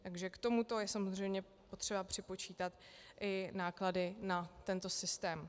Takže k tomuto je samozřejmě potřeba připočítat i náklady na tento systém.